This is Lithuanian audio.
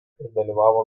dalyvavo